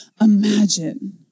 imagine